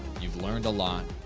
you've learned a lot.